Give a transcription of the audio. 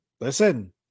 Listen